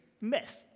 myth